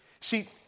See